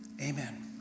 Amen